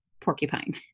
porcupine